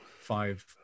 five